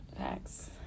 Thanks